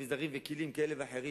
אביזרים וכלים כאלה ואחרים,